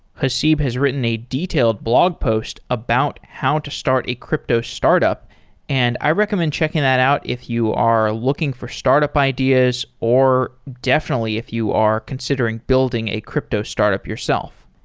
haseeb has written a detailed blog post about how to start a crypto startup and i recommend checking that out if you are looking for startup ideas or definitely if you are considering building a crypto startup yourself.